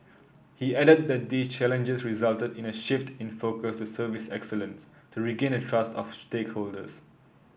he added the these challenges resulted in a shift in focus to service excellence to regain the trust of stakeholders